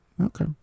Okay